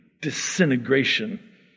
disintegration